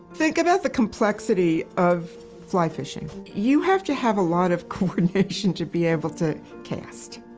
think about the complexity of fly fishing. you have to have a lot of coordination to be able to cast,